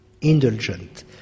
indulgent